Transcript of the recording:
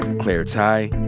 claire tighe,